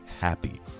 happy